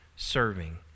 serving